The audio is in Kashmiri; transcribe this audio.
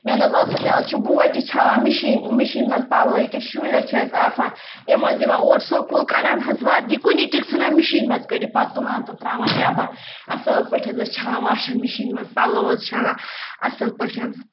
مےٚ نہ حظ ٲس نہٕ مےٚ حظ چھُ بوے تہِ چھَلان مِشیٖن مِشیٖن منٛز پَلو ییٚکیٛاہ شُرۍ حظ چھِ اَسہِ آسان یِم حظ یِوان اور سکوٗل کَڑان حظ وردی کُنی ٹِک ژھٕنان مِشیٖن منٛز کٔڑِتھ پَتہٕ تُلان تہٕ ترٛاوان نٮ۪بَر اَصٕل پٲٹھۍ حظ أسۍ چھَلان واشَن مِشیٖن منٛز پَلو حظ چھَلان اَصل پٲٹھۍ